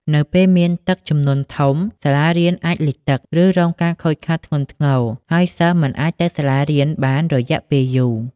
នៅពេលមានទឹកជំនន់ធំ សាលារៀនអាចលិចទឹក ឬរងការខូចខាតធ្ងន់ធ្ងរ ហើយសិស្សមិនអាចទៅសាលារៀនបានរយៈពេលយូរ។